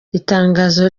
itangazo